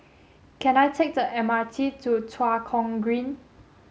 can I take the M R T to Tua Kong Green